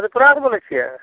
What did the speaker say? त्रिपुरा से बोलै छियै